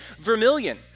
vermilion